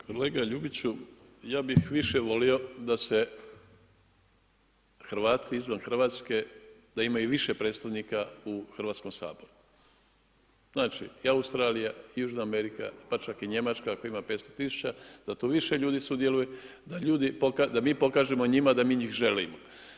Kolega Ljubiću, ja bih više volio da se Hrvati izvan Hrvatske, da imaju više predstavnika u Hrvatskom saboru, znači i Australija, Južna Amerika, pa ček i Njemačka ako ima 500000 da to više ljudi sudjeluju, da mi pokažemo njima da mi njih želimo.